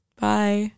Bye